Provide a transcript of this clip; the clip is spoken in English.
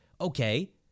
Okay